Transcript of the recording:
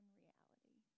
reality